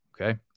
Okay